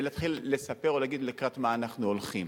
להתחיל לספר או להגיד לקראת מה אנחנו הולכים,